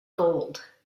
gold